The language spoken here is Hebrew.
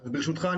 ברשותך,